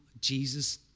Jesus